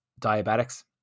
diabetics